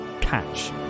catch